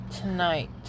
tonight